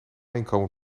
inkomen